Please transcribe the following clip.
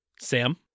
Sam